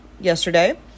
yesterday